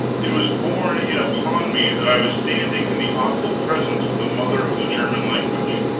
it was borne in upon me that i was standing in the awful presence of the mother of the german language.